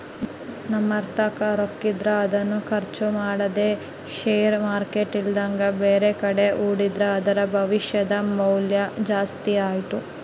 ನಮ್ಮತಾಕ ರೊಕ್ಕಿದ್ರ ಅದನ್ನು ಖರ್ಚು ಮಾಡದೆ ಷೇರು ಮಾರ್ಕೆಟ್ ಇಲ್ಲಂದ್ರ ಬ್ಯಾರೆಕಡೆ ಹೂಡಿದ್ರ ಅದರ ಭವಿಷ್ಯದ ಮೌಲ್ಯ ಜಾಸ್ತಿ ಆತ್ತು